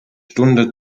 stunde